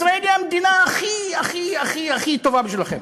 ישראל היא המדינה הכי הכי הכי הכי טובה בשבילכם.